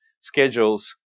schedules